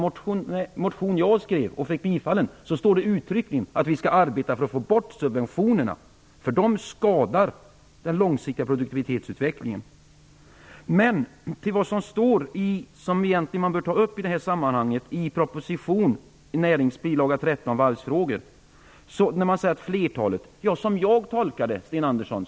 I den motion jag skrev och fick bifallen står det uttryckligen att vi skall arbeta för att få bort subventionerna, för de skadar den långsiktiga produktivitetsutvecklingen. Man bör i det här sammanhanget ta upp det som står skrivet om varvsfrågor i Näringsdepartementets bilaga 13 till budgetpropositionen. Det sägs att flertalet länder undertecknat överenskommelsen.